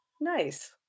Nice